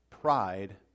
pride